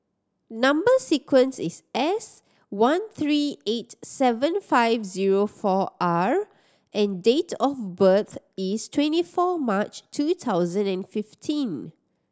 number sequence is S one three eight seven five zero four R and date of birth is twenty four March two thousand and fifteen